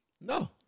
No